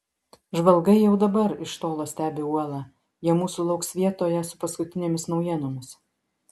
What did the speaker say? žvalgai jau dabar iš toli stebi uolą jie mūsų lauks vietoje su paskutinėmis naujienomis